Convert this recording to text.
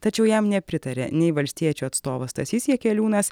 tačiau jam nepritaria nei valstiečių atstovas stasys jakeliūnas